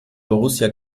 borussia